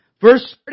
verse